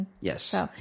Yes